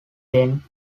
then